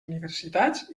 universitats